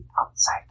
outside